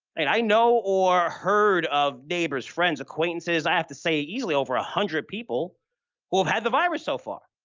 and i know or heard of neighbors, friends, acquaintances, i have to say, easily over one ah hundred people who have had the virus so far.